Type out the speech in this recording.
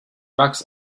bucks